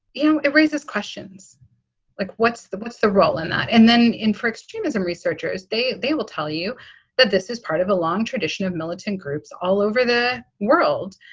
you know it raises questions like what's the what's the role in that? and then in four extremism researchers, they they will tell you that this is part of a long tradition of militant groups all over the world,